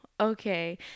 okay